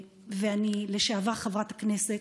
לשעבר חברת הכנסת.